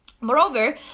Moreover